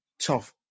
tough